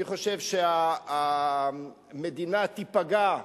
אני חושב שהמדינה תיפגע,